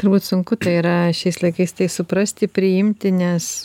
turbūt sunku tai yra šiais laikais tai suprasti priimti nes